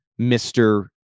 Mr